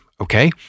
okay